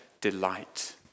delight